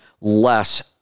less